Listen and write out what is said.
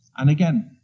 and again,